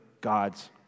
God's